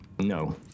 No